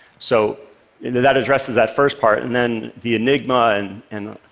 so that addresses that first part. and then the enigma and and